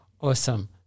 Awesome